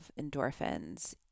endorphins